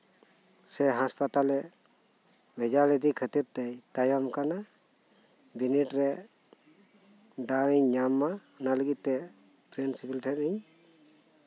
ᱥᱮ ᱦᱟᱥᱯᱟᱛᱟᱞᱮ ᱵᱷᱮᱡᱟ ᱞᱮᱫᱮ ᱠᱷᱟᱹᱛᱤᱨ ᱛᱮ ᱛᱟᱭᱚᱢ ᱟᱠᱟᱱᱟ ᱵᱤᱱᱤᱰ ᱨᱮ ᱫᱟᱣ ᱤᱧ ᱧᱟᱢ ᱢᱟ ᱚᱱᱟ ᱞᱟᱹᱜᱤᱫ ᱛᱮ ᱯᱨᱤᱱᱥᱤᱯᱟᱞ ᱴᱷᱮᱱ ᱤᱧ